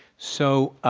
so,